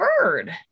bird